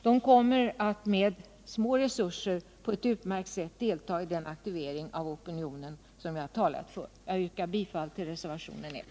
De kommer att med små resurser på ett utmärkt sätt delta i den aktivering av opinionen som jag talat om. Jag yrkar bifall till reservationen 1.